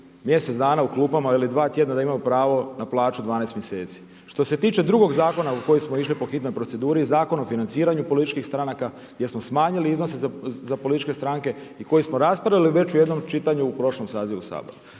mjesec dana u klupama ili dva tjedna da imaju pravo na plaću 12 mjeseci. Što se tiče drugog zakona u koji smo išli po hitnoj proceduri, Zakon o financiranju političkih stranaka gdje smo smanjili iznose za političke stranke i koji smo raspravili već u jednom čitanju u prošlom sazivu